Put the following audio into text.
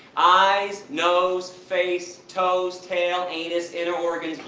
eyes, nose, face, toes, tail, anus, inner organs,